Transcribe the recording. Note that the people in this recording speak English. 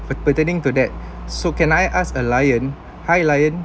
pertaining to that so can I ask a lion hi lion